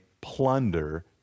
plunder